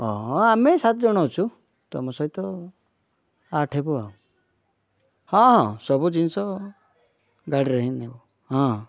ହଁ ଆମେ ସାତ ଜଣ ଅଛୁୂ ତମ ସହିତ ଆଠ ହେବ ଆଉ ହଁ ହଁ ସବୁ ଜିନିଷ ଗାଡ଼ିରେ ହିଁ ନେବୁ ହଁ